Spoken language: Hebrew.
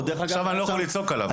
--- עכשיו אני לא יכול לצעוק עליו.